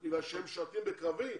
כי הם משרתים בקרבי?